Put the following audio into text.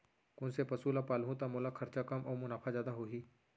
कोन से पसु ला पालहूँ त मोला खरचा कम अऊ मुनाफा जादा होही?